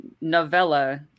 novella